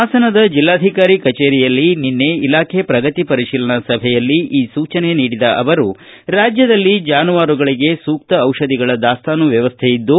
ಹಾಸನದ ಜಿಲ್ಲಾಧಿಕಾರಿ ಕಚೇರಿಯಲ್ಲಿ ಇಲಾಖೆ ಪ್ರಗತಿ ಪರಿತೀಲನಾ ಸಭೆಯಲ್ಲಿ ಈ ಸೂಚನೆ ನೀಡಿದ ಅವರು ರಾಜ್ಯದಲ್ಲಿ ಜಾನುವಾರುಗಳಿಗೆ ಸೂಕ್ತ ಟಿಷಧಿಗಳ ದಾಸ್ತಾನು ವ್ಯವಸ್ಥೆ ಇದ್ದು